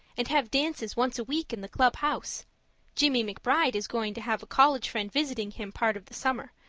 and have dances once a week in the club house jimmie mcbride is going to have a college friend visiting him part of the summer,